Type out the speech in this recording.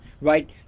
right